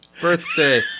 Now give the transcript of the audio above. birthday